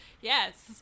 Yes